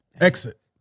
exit